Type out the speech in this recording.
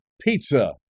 pizza